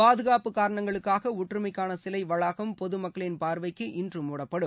பாதுகாப்பு காரணங்களுக்காக ஒற்றுமைக்கான சிலை வளாகம் பொதுமக்களின் பார்வைக்கு இன்று முடப்படும்